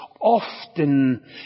often